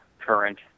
current